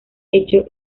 hecho